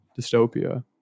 dystopia